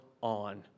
on